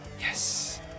Yes